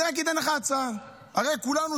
עמית, אני אגיד לך הצעה שלי כחבר: